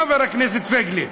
חבר הכנסת פייגלין.